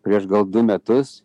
prieš gal du metus